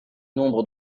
nombre